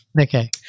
Okay